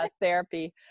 Therapy